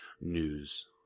news